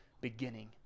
beginning